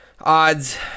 odds